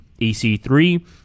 EC3